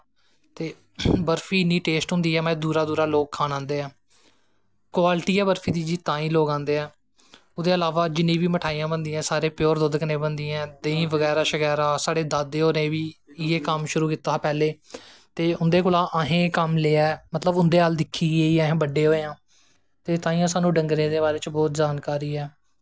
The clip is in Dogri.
ते बर्फी इन्नी टेस्ट होंदी ऐ कि दूरा दूरा लोग खान आंदे ऐं कवालिटी ऐ बर्फी दी जी तांई लोग आंदे ऐं ओह्दे इलावा जिन्नियां बी मठैईयां बनदियां नै प्योर दुद्द कन्नैं बनदियां नैं देहीं बगैरा शगैरा साढ़े दादे होरें बी इै कम्म शुरु कीता हा पैह्लें ते उंदे कोला दा असें एह् कम्म लेआ ऐ मतलव उंदा अल्ल दिक्खियै गै अस बड्डे होए आं ते तांईयैं साह्नूं डंगरें दे हबारे च बौह्त जानकारी ऐ